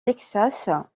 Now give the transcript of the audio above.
texas